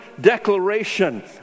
declaration